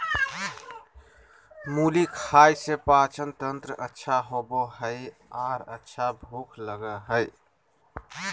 मुली खाय से पाचनतंत्र अच्छा होबय हइ आर अच्छा भूख लगय हइ